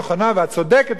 הנכונה והצודקת,